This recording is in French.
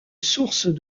sources